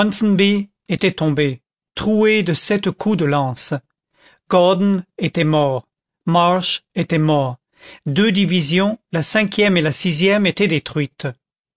était tombé troué de sept coups de lance gordon était mort marsh était mort deux divisions la cinquième et la sixième étaient détruites